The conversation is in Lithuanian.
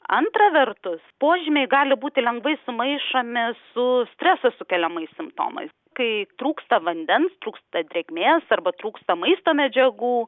antra vertus požymiai gali būti lengvai sumaišomi su streso sukeliamais simptomais kai trūksta vandens trūksta drėgmės arba trūksta maisto medžiagų